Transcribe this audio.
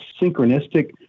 synchronistic